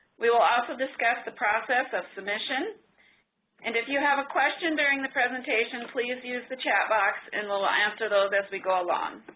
we will also discuss the process of submission and if you have a question during the presentation please use the chat box and we will answer those as we go along.